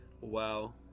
Wow